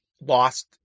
lost